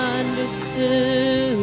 understood